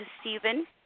Stephen